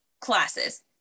classes